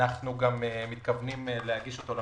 אנחנו גם מתכוונים להגיש את תקציב